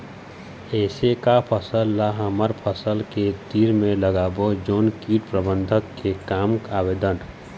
ऐसे का फसल ला हमर फसल के तीर मे लगाबो जोन कीट प्रबंधन के काम आवेदन?